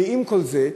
ועם כל זה,